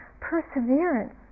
perseverance